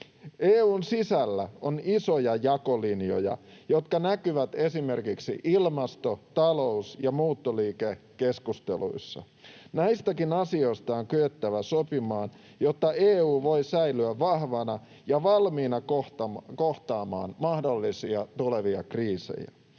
EU:n sisällä on isoja jakolinjoja, jotka näkyvät esimerkiksi ilmasto-, talous- ja muuttoliikekeskusteluissa. Näistäkin asioista on kyettävä sopimaan, jotta EU voi säilyä vahvana ja valmiina kohtaamaan mahdollisia tulevia kriisejä.